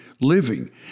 living